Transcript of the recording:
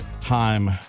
time